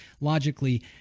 logically